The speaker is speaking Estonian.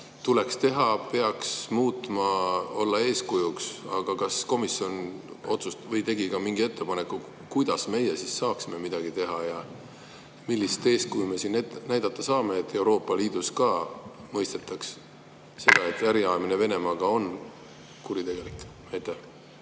tuleks teha, peaks muutma, olema eeskujuks. Aga kas komisjon tegi ka mingi ettepaneku, kuidas meie siis saaksime midagi teha ja millist eeskuju me näidata saame, et Euroopa Liidus ka mõistetaks seda, et äri ajamine Venemaaga on kuritegelik?